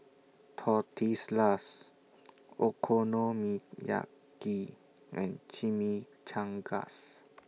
Tortillas Okonomiyaki and Chimichangas